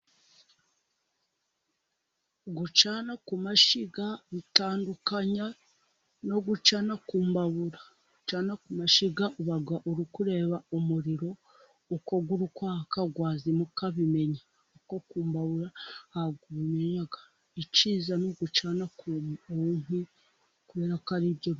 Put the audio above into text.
Gucana ku mashyiga bitandukanya no gucana ku mbabura, gucana ku mashyiga uba uri kureba umuriro uko uri kwaka wazima ukabimenya, ariko kumbabura ntabwo ubimenya, icyiza ni ugucana ku nkwi kubera ko ari byo.